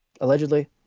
allegedly